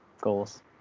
goals